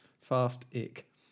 Fast-ick